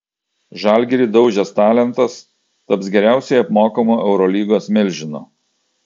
žalgirį daužęs talentas taps geriausiai apmokamu eurolygos milžinu